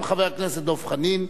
גם חבר הכנסת דב חנין,